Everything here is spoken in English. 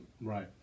Right